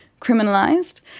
criminalized